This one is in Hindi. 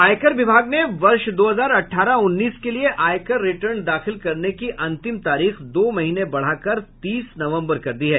आयकर विभाग ने वर्ष दो हजार अठारह उन्नीस के लिए आयकर रिटर्न दाखिल करने की अंतिम तारीख दो महीने बढ़ाकर तीस नवम्बर कर दी है